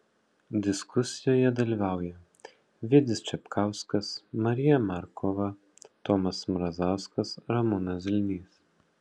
diskusijoje dalyvauja vidis čepkauskas marija markova tomas mrazauskas ramūnas zilnys